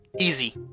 Easy